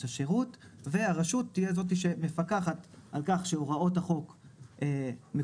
השירות והרשות תהיה זאתי שמפקחת על כך שהוראות החוק מקוימות